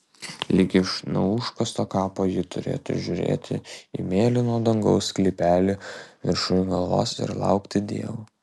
lyg iš neužkasto kapo ji turėtų žiūrėti į mėlyno dangaus sklypelį viršuj galvos ir laukti dievo